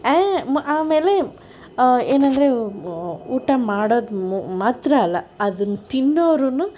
ಆಮೇಲೆ ಏನೆಂದರೆ ಊಟ ಮಾಡೋದು ಮಾತ್ರ ಅಲ್ಲ ಅದನ್ನು ತಿನ್ನೋರೂ